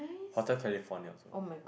Hotel California also